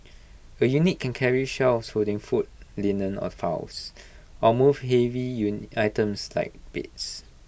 A unit can carry shelves holding food linen or files or move heavy you items like beds